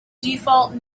default